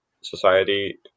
society